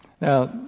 Now